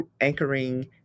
anchoring